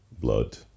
blood